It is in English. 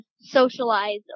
socialize